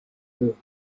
europe